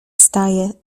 staje